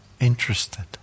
interested